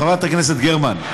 חברת הכנסת גרמן.